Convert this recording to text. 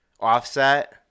Offset